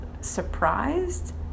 surprised